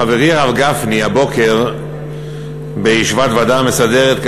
חברי הרב גפני הבוקר בישיבת הוועדה המסדרת,